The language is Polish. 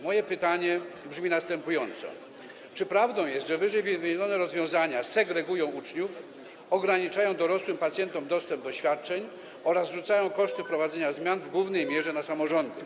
Moje pytanie brzmi następująco: Czy prawdą jest, że ww. rozwiązania segregują uczniów, ograniczają dorosłym pacjentom dostęp do świadczeń oraz zrzucają koszty prowadzenia zmian w głównej mierze na samorządy?